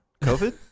COVID